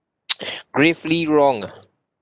gravely wrong ah